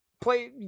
play